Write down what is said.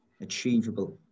achievable